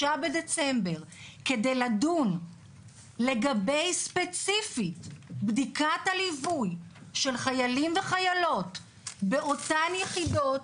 בדצמבר כדי לדון ספציפית לגבי בדיקת הליווי של חיילים וחיילות באותן יחידות